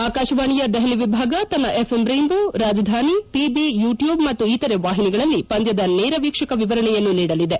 ಆಕಾಶವಾಣಿಯ ದೆಹಲಿ ವಿಭಾಗ ತನ್ನ FM rainbow Rajdhani PB YouTube ಮತ್ತು ಇತರೆ ವಾಹಿನಿಗಳಲ್ಲಿ ಪಂದ್ಯದ ನೇರ ವೀಕ್ಷಕ ವಿವರಣೆಯನ್ನು ನೀಡಲಿದೆ